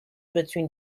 between